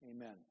Amen